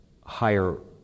higher